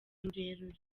rurerure